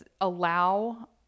allow